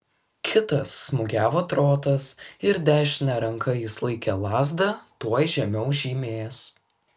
kitas smūgiavo trotas ir dešine ranka jis laikė lazdą tuoj žemiau žymės